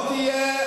לא תהיה,